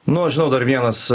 nu aš žinau dar vienas